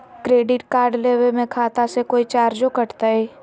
Credit card लेवे में खाता से कोई चार्जो कटतई?